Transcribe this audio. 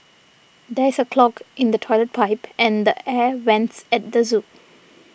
there is a clog in the Toilet Pipe and the Air Vents at the zoo